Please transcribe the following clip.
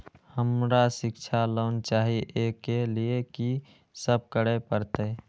हमरा शिक्षा लोन चाही ऐ के लिए की सब करे परतै?